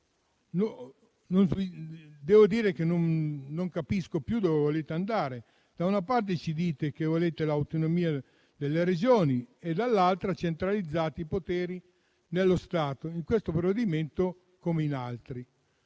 Devo dire che non capisco più dove volete andare. Da una parte, ci dite che volete l'autonomia delle Regioni e dall'altra centralizzate i poteri nello Stato. in questo provvedimento come in altri.